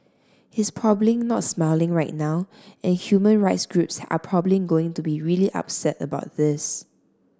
he's probably not smiling right now and human rights groups are probably going to be really upset about this